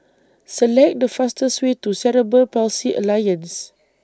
Select The fastest Way to Cerebral Palsy Alliance